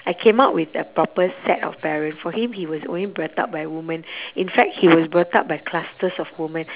I came up with a proper set of parent for him he was only brought up by woman in fact he was brought up by clusters of woman